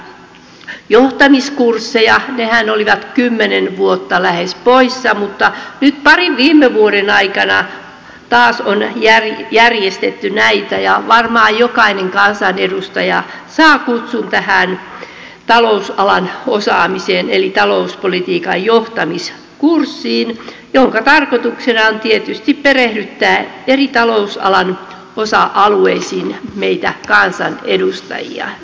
nehän olivat lähes kymmenen vuotta poissa mutta nyt parin viime vuoden aikana taas on järjestetty näitä ja varmaan jokainen kansanedustaja saa kutsun tähän talousalan osaamis eli talouspolitiikan johtamiskurssille jonka tarkoituksena on tietysti perehdyttää eri talousalan osa alueisiin meitä kansanedustajia